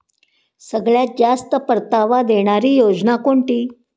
सगळ्यात जास्त परतावा देणारी योजना कोणती?